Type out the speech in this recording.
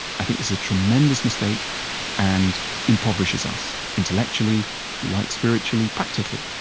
i think this is a tremendous mistake and impoverishes us intellectually, if you like, spiritually, practically,